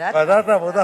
ועדת העבודה,